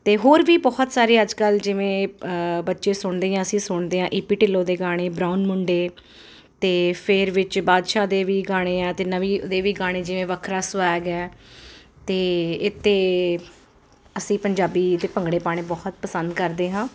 ਤੇ ਹੋਰ ਵੀ ਬਹੁਤ ਸਾਰੇ ਅੱਜਕੱਲ ਜਿਵੇਂ ਬੱਚੇ ਸੁਣਦੇ ਆ ਅਸੀਂ ਸੁਣਦੇ ਆਂ ਏ ਪੀ ਢਿੱਲੋ ਦੇ ਗਾਣੇ ਬਰਾਉਨ ਮੁੰਡੇ ਤੇ ਫਿਰ ਵਿੱਚ ਬਾਦਸ਼ਾਹ ਦੇ ਵੀ ਗਾਣੇ ਆ ਤੇ ਨਵੀ ਦੇ ਵੀ ਗਾਣੇ ਜਿਵੇਂ ਵੱਖਰਾ ਸਵੈਗ ਹੈ ਤੇ ਇਥੇ ਅਸੀਂ ਪੰਜਾਬੀ ਭੰਗੜੇ ਪਾਣੇ ਬਹੁਤ ਪਸੰਦ ਕਰਦੇ ਹਾਂ